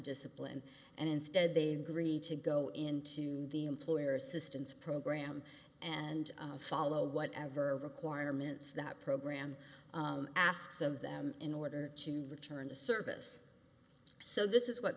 discipline and instead they greta go into the employer assistance program and follow whatever requirements that program asks of them in order to return the service so this is what